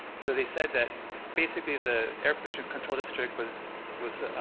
so they said that basically the air pollution control district was was